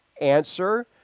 Answer